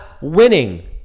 winning